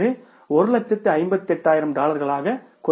இது 158000 டாலர்களாக குறைந்துள்ளது